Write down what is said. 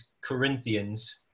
Corinthians